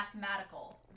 Mathematical